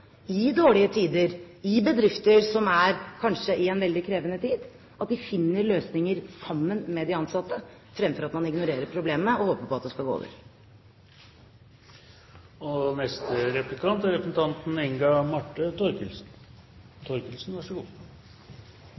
i dårlige tider, i bedrifter som kanskje er i en veldig krevende tid, å finne løsninger sammen med de ansatte fremfor at man ignorerer problemet og håper på at det skal gå over. Aller først: En mulig FrP-fest for åpning av olje i Lofoten vil jeg avlyse, og